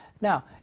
Now